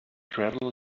gravel